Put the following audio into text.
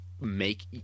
make